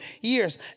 years